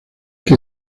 que